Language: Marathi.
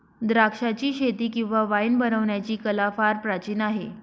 द्राक्षाचीशेती किंवा वाईन बनवण्याची कला फार प्राचीन आहे